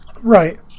Right